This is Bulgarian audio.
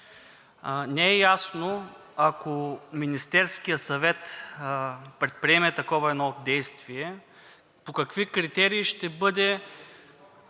Не е ясно, ако Министерският съвет предприеме едно такова действие, по какви критерии ще бъде